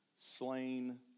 slain